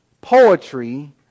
poetry